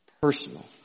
personal